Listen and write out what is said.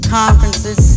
conferences